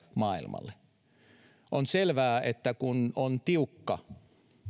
maailmalle on selvää että kun on tiukka